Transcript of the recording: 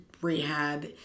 rehab